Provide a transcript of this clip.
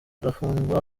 arafungwa